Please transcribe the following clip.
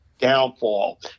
downfall